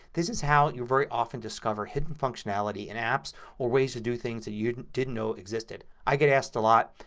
this is how you very often discover hidden functionality in apps or ways to do things that you didn't didn't know existed. i get asked a lot,